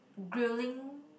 grilling